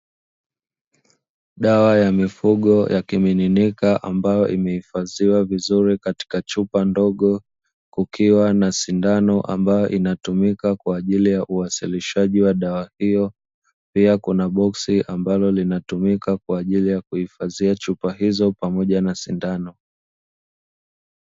Dawa ya mifugo ya kimiminika, ambayo imehifadhiwa vizuri katika chupa ndogo, kukiwa na sindano ambayo inatumika kwa ajili ya uwasilishaji wa dawa hiyo, pia kuna boksi ambalo linatumika kwa ajili ya kuhifadhia chupa hizo pamoja na sindano.